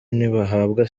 ntibahabwa